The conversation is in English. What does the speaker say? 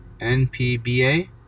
NPBA